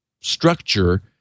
structure